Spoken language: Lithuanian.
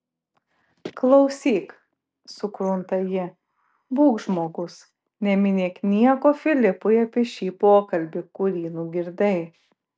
klausyk sukrunta ji būk žmogus neminėk nieko filipui apie šį pokalbį kurį nugirdai